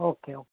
okay okay